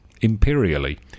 imperially